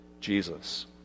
Jesus